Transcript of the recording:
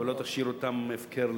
ולא תשאיר אותם הפקר,